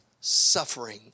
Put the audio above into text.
suffering